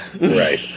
Right